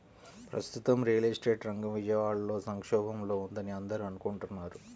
ప్రస్తుతం real estate రంగం విజయవాడలో సంక్షోభంలో ఉందని అందరూ అనుకుంటున్నారు